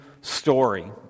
story